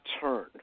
turn